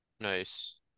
nice